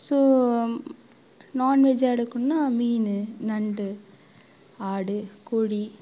so நான்வெஜ்ஜாக எடுக்கணுன்னா மீன் நண்டு ஆடு கோழி